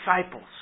disciples